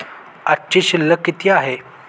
आजची शिल्लक किती आहे?